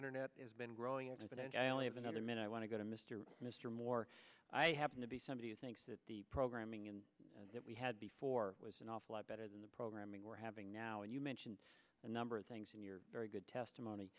internet has been growing ok but i only have another minute i want to go to mr mr moore i happen to be somebody who thinks that the programming in and that we had before was an awful lot better than the programming we're having now and you mentioned a number of things in your very good testimony